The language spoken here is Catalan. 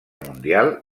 mundial